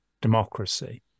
democracy